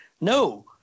no